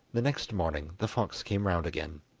the next morning the fox came round again.